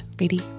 ready